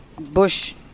Bush